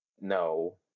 no